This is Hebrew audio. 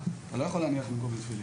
אתה לא יכול להניח במקומי תפילין.